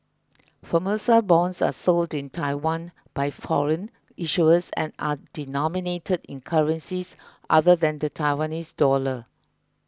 Formosa bonds are sold in Taiwan by foreign issuers and are denominated in currencies other than the Taiwanese dollar